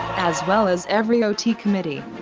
as well as every ot committee.